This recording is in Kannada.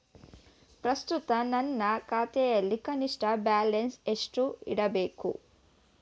ಪ್ರಸ್ತುತ ನನ್ನ ಖಾತೆಯಲ್ಲಿ ಕನಿಷ್ಠ ಬ್ಯಾಲೆನ್ಸ್ ಎಷ್ಟು ಇಡಬೇಕು?